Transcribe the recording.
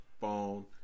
phone